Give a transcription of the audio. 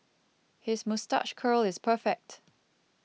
his moustache curl is perfect